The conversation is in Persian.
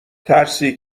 ترسی